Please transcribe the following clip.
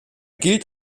gilt